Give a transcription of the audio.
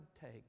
take